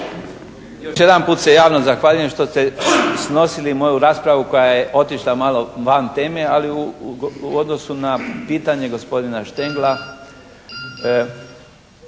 Još jedanput se javno zahvaljujem što ste snosili moju raspravu koja je otišla malo van teme. Ali u odnosu na pitanje gospodina Štengla